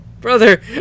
brother